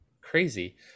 Crazy